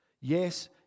Yes